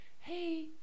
hey